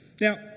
Now